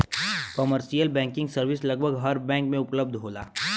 commercial banking service लगभग हर bank में उपलब्ध होला